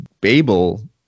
Babel